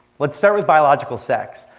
let's start with biological sex,